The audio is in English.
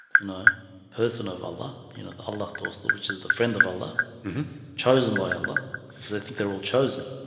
you know person of allah, you know, the whole lot dorsal which is the friend of allah mm-hmm chosen by allah because they think they're all chosen.